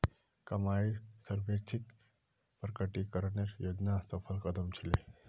कमाईर स्वैच्छिक प्रकटीकरण योजना सफल कदम छील